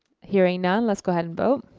hearing none, let's go ahead and vote.